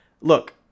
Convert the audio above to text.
look